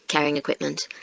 carrying equipment.